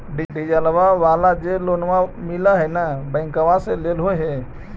डिजलवा वाला जे लोनवा मिल है नै बैंकवा से लेलहो हे?